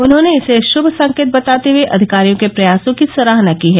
उन्होंने इसे श्भ संकेत बताते हुए अधिकारियों के प्रयासों की सराहना की है